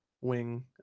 wing